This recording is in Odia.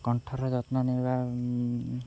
କଣ୍ଠର ଯତ୍ନ ନେବା